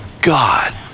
God